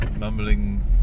Mumbling